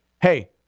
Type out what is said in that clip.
hey